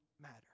matter